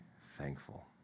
thankful